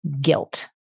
guilt